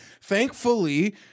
Thankfully